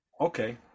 okay